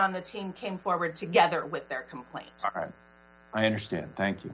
on the team came forward together with their complaints are i understand thank you